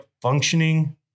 functioning